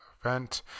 event